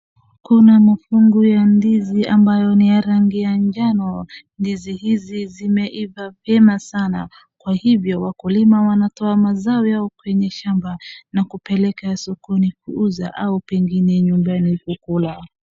Kuna makungu ya ndizi ambayo ni ya rangi ya njano. Ndizi hizi zimeiva vyema sana kwa hivyo wakulima wanatoa mazao yao kwenye shamba na kupeleka sokoni kuuza au pengine nyumbani kukula.